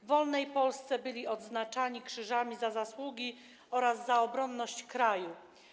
W wolnej Polsce byli odznaczani krzyżami za zasługi oraz za obronność kraju.